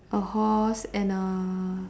a horse and a